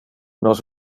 nos